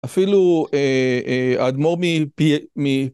אפילו האדמור מפי...